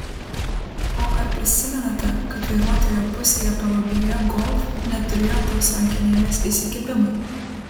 o ar prisimenate kad vairuotojo pusėje palubėje golf neturėjo tos rankenėles įsikibimui